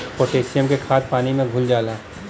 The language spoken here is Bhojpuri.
पोटेशियम क खाद पानी में घुल जाला